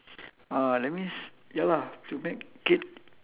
ah that means ya lah to make it